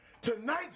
Tonight